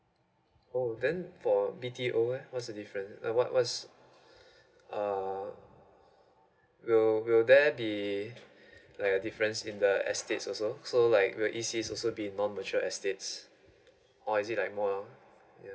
oh then for B_T_O ah what's the different uh what was uh will will there be like a difference in the estates also so like will E_C also be non mature estates or is it like more ah